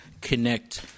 connect